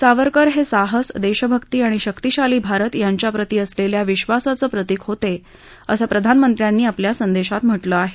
सावरकर हे साहस देशभक्ती आणि शक्तीशाली भारत यांच्याप्रति असलेल्या विश्वासाचं प्रतीक होते असं प्रधानमंत्र्यांनी आपल्या संदेशात म्हटलं आहे